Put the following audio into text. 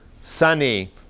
sunny